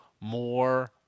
more